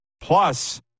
plus